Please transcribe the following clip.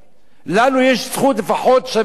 לנו יש זכות לפחות שווה בשווה.